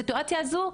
בסיטואציה הזו?